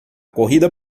corrida